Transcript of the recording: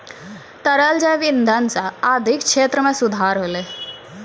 तरल जैव इंधन सँ आर्थिक क्षेत्र में सुधार होलै